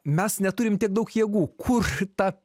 mes neturim tiek daug jėgų kur tą